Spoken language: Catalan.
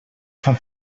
fan